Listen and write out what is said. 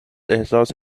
احساس